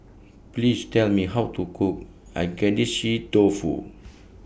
Please Tell Me How to Cook Agedashi Dofu